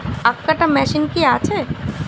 আখ কাটা মেশিন কি আছে?